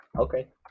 Okay